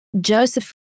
Joseph